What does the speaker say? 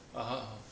(uh huh) (uh huh)